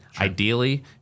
ideally